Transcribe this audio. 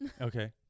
Okay